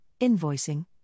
invoicing